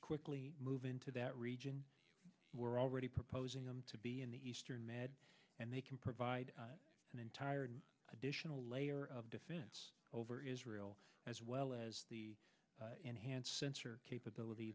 quickly move into that region we're already proposing them to be in the eastern med and they can provide an entire additional layer of defense over israel as well as the enhanced capability